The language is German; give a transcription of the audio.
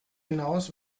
hinaus